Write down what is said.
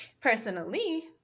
personally